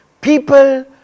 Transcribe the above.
People